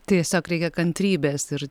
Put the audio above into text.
tiesiog reikia kantrybės ir